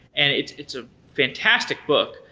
and it's it's a fantastic book.